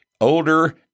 older